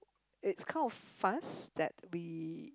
it's kind of fast that we